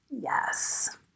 yes